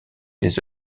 des